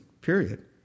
Period